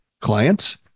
clients